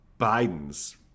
Biden's